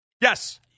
Yes